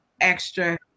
extra